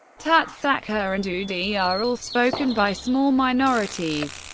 tat, tsakhur, and udi are all spoken by small minorities.